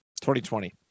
2020